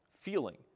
feeling